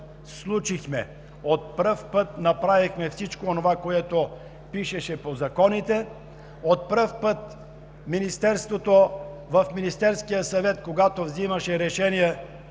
случихме, от пръв път направихме всичко онова, което пишеше по законите, от пръв път Министерството в Министерския съвет, когато взимаше решение